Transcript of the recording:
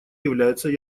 является